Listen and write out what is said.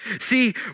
See